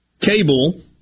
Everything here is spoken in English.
cable